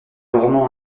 roman